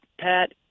Pat